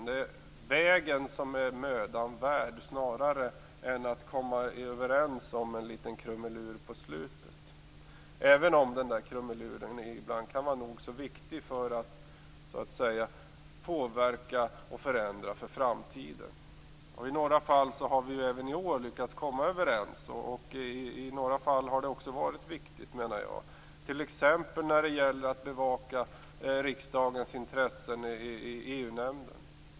Det är vägen som är mödan värd snarare än att komma överens om en liten krumelur på slutet, även om den krumeluren ibland kan vara nog så viktig för att påverka och förändra för framtiden. I några fall har vi även i år lyckats komma överens. I några fall har det varit viktigt, t.ex. när det gäller att bevaka riksdagens intressen i EU-nämnden.